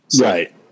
Right